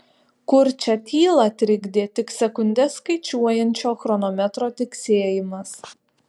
kurčią tylą trikdė tik sekundes skaičiuojančio chronometro tiksėjimas